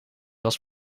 was